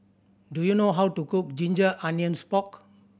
do you know how to cook ginger onions pork